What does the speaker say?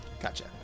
Gotcha